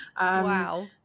Wow